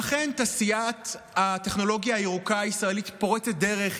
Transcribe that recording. ואכן תעשיית הטכנולוגיה הירוקה הישראלית פורצת דרך,